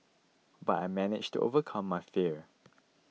but I managed to overcome my fear